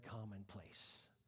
commonplace